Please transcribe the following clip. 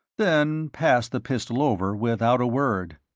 then passed the pistol over without a word.